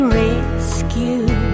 rescue